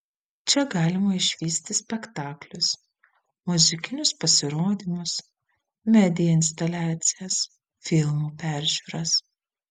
čia galima išvysti spektaklius muzikinius pasirodymus media instaliacijas filmų peržiūras